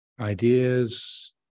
ideas